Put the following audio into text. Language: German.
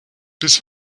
bis